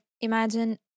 Imagine